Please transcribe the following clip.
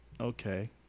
Okay